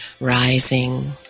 rising